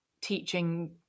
teaching